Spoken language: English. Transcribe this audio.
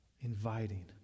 Inviting